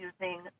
using